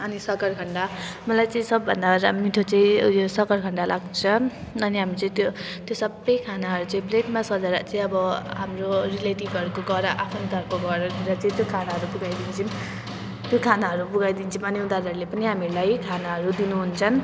अनि सकरखण्ड मलाई चाहिँ सबभन्दा मिठो चाहिँ उयो सकरखण्ड लाग्छ अनि हामीले चाहिँ त्यो त्यो सबै खानाहरू चाहिँ प्लेटमा सजाएर चाहिँ अब हाम्रो रिलेटिभहरूको घर आफन्तहरूको घरतिर चाहिँ त्यो खानाहरू पुऱ्याइदिन्छौँ त्यो खानाहरू पुऱ्याइदिन्छौँ अनि उनीहरूले पनि हामीहरूलाई खानाहरू दिनुहुन्छ